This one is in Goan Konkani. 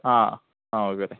आं आं ओके